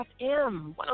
FM